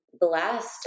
blessed